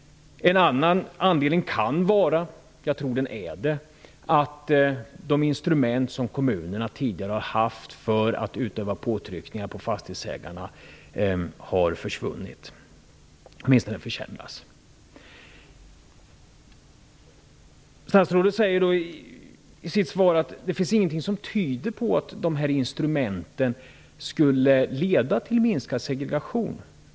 En annan anledning kan vara -- jag tror att den är det -- att de instrument som kommunerna tidigare har haft för att utöva påtryckning på fastighetsägarna har försvunnit, åtminstone delvis. Statsrådet säger i sitt svar att det inte finns någonting som tyder på att instrumenten skulle leda till minskad segregation.